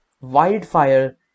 wildfire